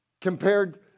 compared